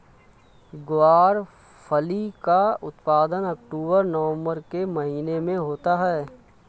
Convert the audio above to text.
ग्वारफली का उत्पादन अक्टूबर नवंबर के महीने में होता है